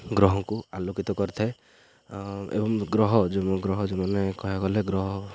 ଗ୍ରହକୁ ଆଲୋକିତ କରିଥାଏ ଏବଂ ଗ୍ରହ ଯେଉଁ ଗ୍ରହ ଯେଉଁମାନେ କହିବାକୁ ଗଲେ ଗ୍ରହ